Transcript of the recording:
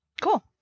Cool